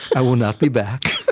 i will not be back.